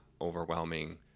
overwhelming